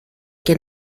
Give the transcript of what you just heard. que